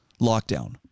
lockdown